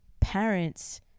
parents